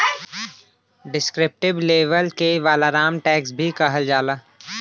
descriptive label के valorem tax भी कहल जाला